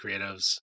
Creatives